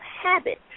habit